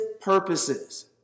purposes